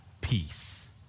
peace